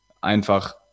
einfach